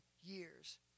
years